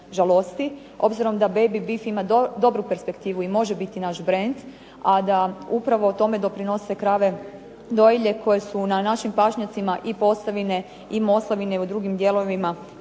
obzirom da baby beef ima dobru perspektivu i može biti naš brend, a da upravo tome doprinose krave dojilje koje su na našim pašnjacima i Posavine i Moslavine i u drugim dijelovima